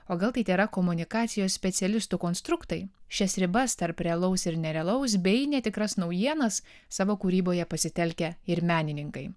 o gal tai tėra komunikacijos specialistų konstruktai šias ribas tarp realaus ir nerealaus bei netikras naujienas savo kūryboje pasitelkia ir menininkai